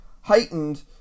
heightened